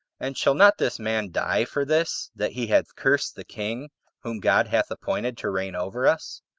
and shall not this man die for this, that he hath cursed that king whom god hath appointed to reign over us?